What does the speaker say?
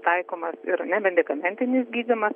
taikomas ir nemedikamentinis gydymas